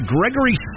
Gregory